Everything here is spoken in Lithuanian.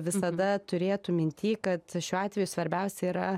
visada turėtų minty kad šiuo atveju svarbiausia yra